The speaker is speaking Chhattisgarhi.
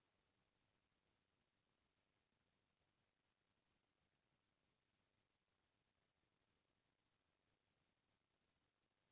ए.टी.एम के मिनी स्टेटमेंट बटन ल दबावें त आखरी दस ठन लेनदेन के इतिहास ह कागज म छपके निकल जाथे